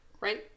right